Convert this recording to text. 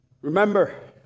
Remember